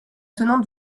tenante